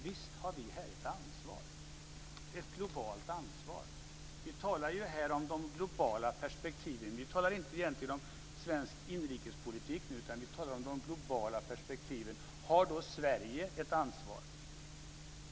Visst har vi här ett globalt ansvar. Vi talar om de globala perspektiven. Vi talar egentligen inte om svensk inrikespolitik, utan vi talar om de globala perspektiven. Har då Sverige ett ansvar?